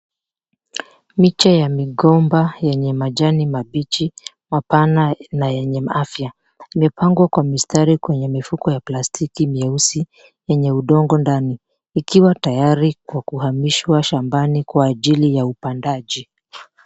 Miche ya migomba yenye majani mabichi mapana na yenye afya yamepangwa kwa mistari kwenye mifuko ya plastiki mieusi yenye udongo ndani ikiwa tayari kwa uhamisho kwa ajili ya upandaji.